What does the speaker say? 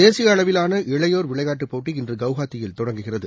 தேசிய அளவிலான இளையோர் விளையாட்டுப் போட்டி இன்று கவுஹாத்தியில் தொடங்குகிறது